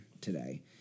today